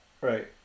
Right